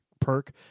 perk